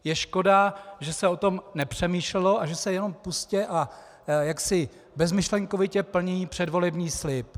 Je škoda, že se o tom nepřemýšlelo a že se jenom pustě a jaksi bezmyšlenkovitě plní předvolební slib.